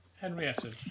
Henrietta